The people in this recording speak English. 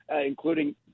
including